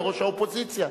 וראש האופוזיציה.